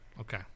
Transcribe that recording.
Okay